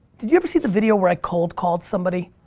did you ever see the video where i cold-called somebody?